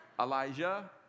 Elijah